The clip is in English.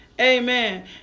Amen